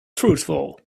truthful